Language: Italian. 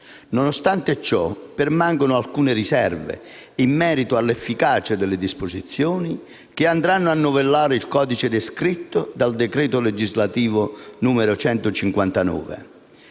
Nonostante ciò, permangono alcune riserve in merito all'efficacia delle disposizioni che andranno a novellare il codice descritto dal decreto legislativo n. 159